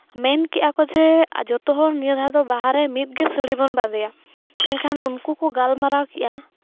ᱢᱮᱱ ᱠᱮᱜᱼᱟ ᱠᱚ ᱡᱮ ᱡᱷᱚᱛᱚ ᱦᱚᱲ ᱱᱤᱭᱟᱹ ᱫᱷᱟᱣ ᱫᱚ ᱵᱟᱦᱟ ᱨᱮ ᱢᱤᱫ ᱜᱮ ᱥᱟᱹᱲᱤ ᱵᱚᱱ ᱵᱟᱸᱫᱮᱭᱟ ᱮᱱᱠᱷᱟᱱ ᱩᱱᱠᱩ ᱠᱚ ᱜᱟᱞᱢᱟᱨᱟᱣ ᱠᱮᱫᱼᱟ